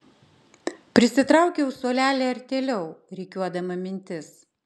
prisitraukiau suolelį artėliau rikiuodama mintis